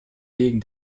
wegen